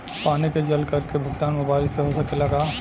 पानी के जल कर के भुगतान मोबाइल से हो सकेला का?